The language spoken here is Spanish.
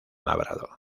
labrado